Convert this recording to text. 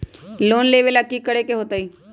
Loan लेवेला की करेके होतई?